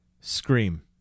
Scream